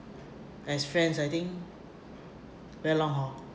as friends I think very long hor